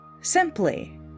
Simply